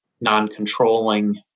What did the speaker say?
non-controlling